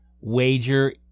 wager